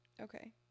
okay